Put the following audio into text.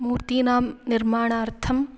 मूर्तीनां निर्माणार्थम्